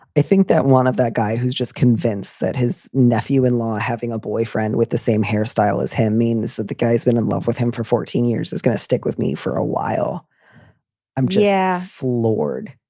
i think that one of that guy who's just convinced that his nephew in law having a boyfriend with the same hairstyle as him means that the guy's been in love with him for fourteen years, is going to stick with me for a while i'm jeff lord.